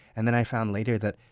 and then i found later that,